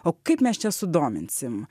o kaip mes čia sudominsim